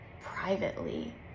privately